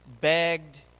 begged